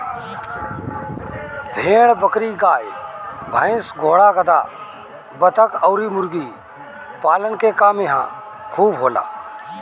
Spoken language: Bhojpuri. भेड़ बकरी, गाई भइस, घोड़ा गदहा, बतख अउरी मुर्गी पालन के काम इहां खूब होला